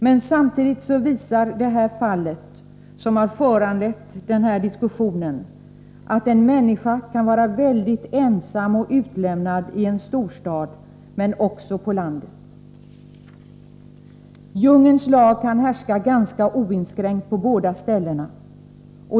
Men samtidigt visar det fall som har föranlett den här diskussionen att en människa kan vara mycket ensam och utlämnad i en storstad och också på landet. Djungelns lag kan härska ganska oinskränkt på båda ställena.